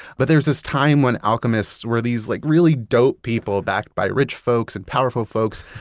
but there was this time when alchemists were these like really dope people backed by rich folks and powerful folks,